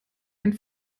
einen